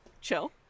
chill